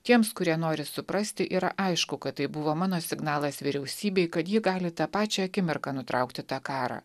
tiems kurie nori suprasti yra aišku kad tai buvo mano signalas vyriausybei kad ji gali tą pačią akimirką nutraukti tą karą